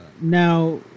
Now